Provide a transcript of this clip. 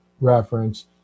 reference